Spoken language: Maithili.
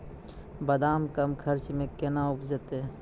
बादाम कम खर्च मे कैना उपजते?